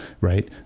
right